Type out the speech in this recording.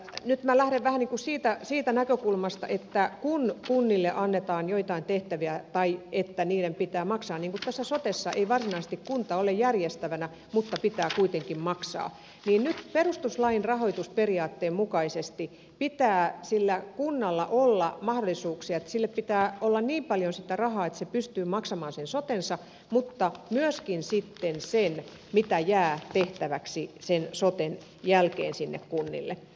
nyt minä lähden vähän niin kuin siitä näkökulmasta että kun kunnille annetaan joitain tehtäviä tai niiden pitää maksaa kun tässä sotessa ei varsinaisesti kunta ole järjestävänä mutta pitää kuitenkin maksaa niin nyt perustuslain rahoitusperiaatteen mukaisesti sillä kunnalla pitää olla mahdollisuuksia sillä pitää olla niin paljon sitä rahaa että se pystyy maksamaan sen sotensa mutta myöskin sitten sen mitä jää tehtäväksi sen soten jälkeen sinne kunnille